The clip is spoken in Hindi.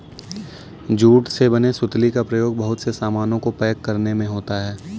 जूट से बने सुतली का प्रयोग बहुत से सामानों को पैक करने में होता है